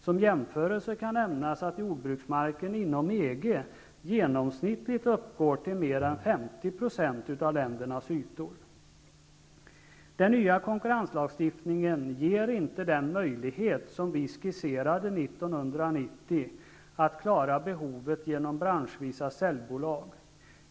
Som jämförelse kan nämnas att jordbruksmarken inom EG genomsnittligt uppgår till mer än 50 % av ländernas ytor. Den nya konkurrenslagstiftningen ger inte den möjlighet vi skisserade 1990 att klara behovet med hjälp av branschvisa säljbolag.